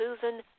Susan